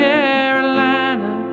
Carolina